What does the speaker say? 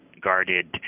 guarded